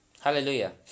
Hallelujah